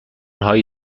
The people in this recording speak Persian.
هایی